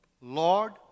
Lord